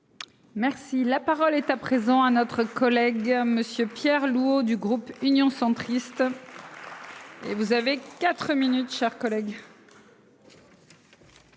Merci la parole est à présent à notre collègue. Monsieur Pierre Louvot du groupe Union centriste. Et vous avez 4 minutes, chers collègues.